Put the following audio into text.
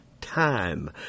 time